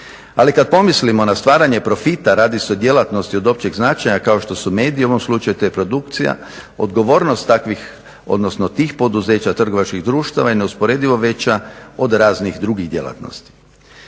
Ali kad pomislimo na stvaranje profita radi se o djelatnosti od općeg značaja kao što su mediji u ovom slučaju TV produkcija odgovornost takvih odnosno tih poduzeća trgovačkih društava i neusporedivo veća od raznih drugih djelatnosti.